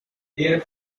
their